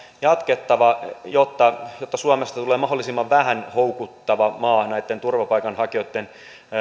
jatkettava jotta jotta suomesta tulee mahdollisimman vähän houkuttava maa näitten turvapaikanhakijoitten